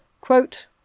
Quote